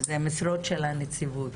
זה משרות של הנציבות.